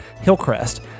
Hillcrest